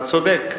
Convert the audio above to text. אתה צודק,